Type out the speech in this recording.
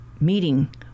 meeting